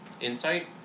insight